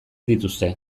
dituzte